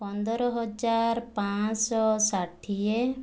ପନ୍ଦରହଜାର ପାଞ୍ଚ ଶହ ଷାଠିଏ